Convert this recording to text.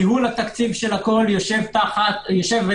ניהול התקציב של הכול יושב תחתיי,